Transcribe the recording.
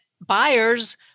buyers